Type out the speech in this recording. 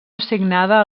assignada